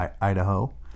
idaho